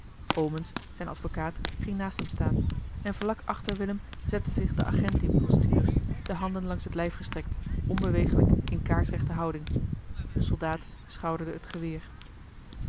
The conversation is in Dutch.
omens zijn advocaat ging naast hem staan en vlak achter willem zette zich de agent in postuur de handen langs het lijf gestrekt onbeweeglijk in kaarsrechte houding de soldaat schouderde het geweer